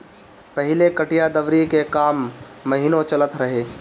पहिले कटिया दवरी के काम महिनो चलत रहे